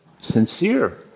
sincere